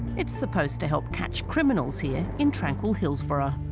it's supposed to help catch criminals here in tranquil, hillsboro